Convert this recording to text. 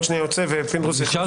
יוצא ופינדרוס יחליף אותי.